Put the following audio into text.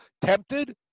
tempted